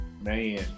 Man